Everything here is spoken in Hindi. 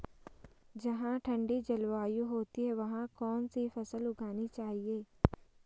जहाँ ठंडी जलवायु होती है वहाँ कौन सी फसल उगानी चाहिये?